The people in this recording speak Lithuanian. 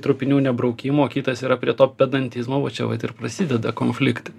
trupinių nebraukimo o kitas yra prie to pedantizmo va čia vat ir prasideda konfliktai